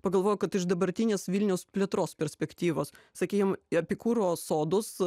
pagalvojau kad iš dabartinės vilniaus plėtros perspektyvos sakykim į epikūro sodus